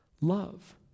love